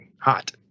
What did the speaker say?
Hot